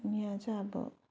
अनि आज अब